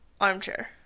Armchair